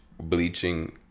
Bleaching